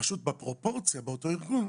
בפרופורציה באותו ארגון,